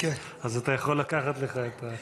אז אתה יכול לקחת לך.